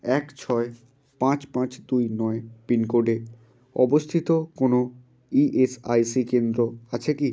এক ছয় পাঁচ পাঁচ দুই নয় পিনকোডে অবস্থিত কোনো ই এস আই সি কেন্দ্র আছে কি